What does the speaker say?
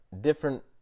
different